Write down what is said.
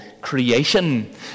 creation